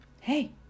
Hey